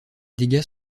dégâts